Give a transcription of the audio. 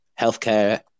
healthcare